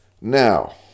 Now